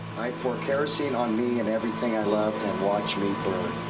i pour kerosene on me and everything i love and watch me burn.